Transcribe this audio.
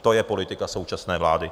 To je politika současné vlády.